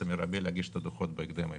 המרבי להגיש את הדוחות בהקדם האפשרי.